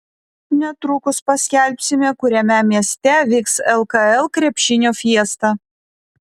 netrukus paskelbsime kuriame mieste vyks lkl krepšinio fiesta